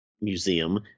museum